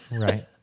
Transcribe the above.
right